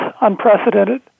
unprecedented